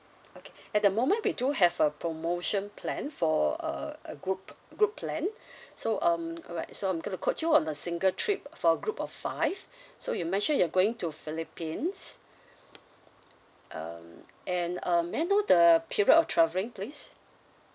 okay at the moment we do have a promotion plan for a a group group plan so um alright so I'm going to quote you on a single trip for group of five so you mentioned you're going to philippines um and um may I know the period of travelling please